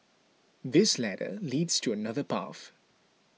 this ladder leads to another path